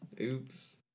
Oops